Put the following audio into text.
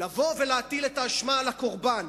לבוא ולהטיל את האשמה על הקורבן: